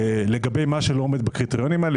לגבי מה שלא עומד בקריטריונים האלה,